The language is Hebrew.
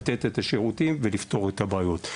לתת את השירותים ולפתור את הבעיות.